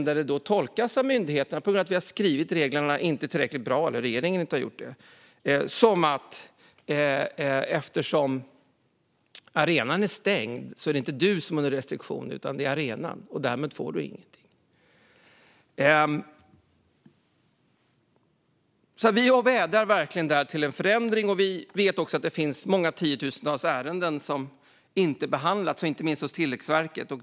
Där tolkar myndigheterna, på grund av att regeringen inte har skrivit reglerna tillräckligt bra, det som att eftersom arenan är stängd är det inte hotellet som har en restriktion utan arenan, och därmed får hotellet ingenting. Här vädjar vi verkligen om en förändring. Vi vet också att det finns många tiotusentals ärenden som inte har behandlats, inte minst hos Tillväxtverket.